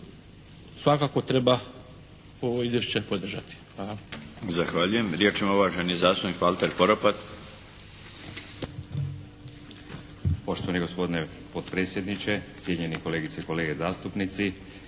Svakako treba ovo izvješće podržati.